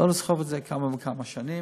לא לסחוב את זה כמה שנים.